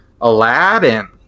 Aladdin